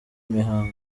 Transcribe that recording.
mihango